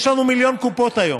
יש לנו מיליון קופות היום.